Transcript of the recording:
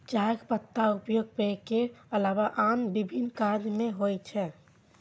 चायक पातक उपयोग पेय के अलावा आन विभिन्न काज मे होइ छै